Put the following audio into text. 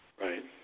Right